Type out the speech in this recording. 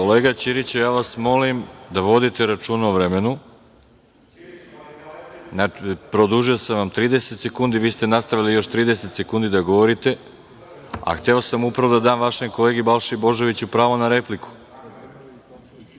Ćiriću, ja vas molim da vodite računa o vremenu, produžio sam vam 30 sekundi, vi ste nastavili još 30 sekundi da govorite, a hteo sam upravo da dam vašem kolegi Balši Božoviću pravo na repliku.